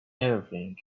everything